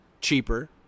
cheaper